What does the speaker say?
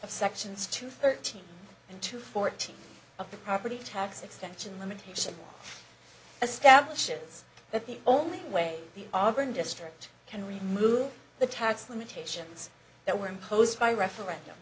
sections two thirteen and two fourteen of the property tax extension limitation establishes that the only way the auburn district can remove the tax limitations that were imposed by referendum